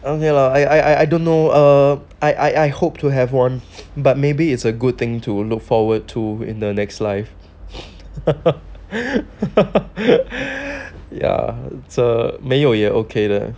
okay lah I I don't know err I I hope to have one but maybe it's a good thing to look forward to in the next life ya so 没有也 okay 的